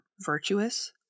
virtuous